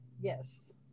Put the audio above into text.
Yes